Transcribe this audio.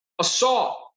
assault